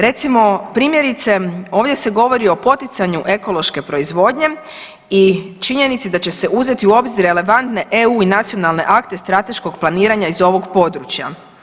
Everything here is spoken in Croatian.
Recimo primjerice ovdje se govori o poticanju ekološke proizvodnje i činjenici da će se uzeti u obzir relevantne EU i nacionalne akte strateškog planiranja iz ovog područja.